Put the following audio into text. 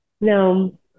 No